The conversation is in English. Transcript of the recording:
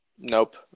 Nope